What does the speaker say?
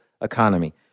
economy